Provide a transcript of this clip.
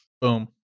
Boom